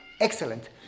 Excellent